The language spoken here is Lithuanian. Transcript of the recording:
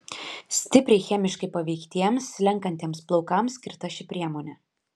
stipriai chemiškai paveiktiems slenkantiems plaukams skirta ši priemonė